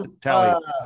tally